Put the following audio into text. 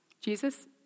Jesus